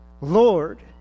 Lord